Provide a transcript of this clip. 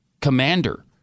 commander